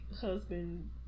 husband